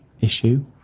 issue